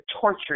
torture